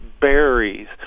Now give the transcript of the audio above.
berries